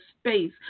space